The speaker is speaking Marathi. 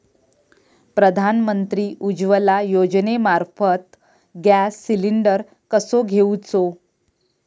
प्रधानमंत्री उज्वला योजनेमार्फत गॅस सिलिंडर कसो घेऊचो?